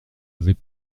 avait